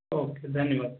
okay धन्यवाद